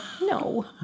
No